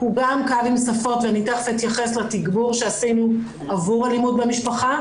הוא גם קו עם שפות ואני תיכף אתייחס לתגבור שעשינו עבור אלימות במשפחה.